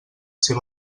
ser